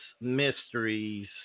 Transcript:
mysteries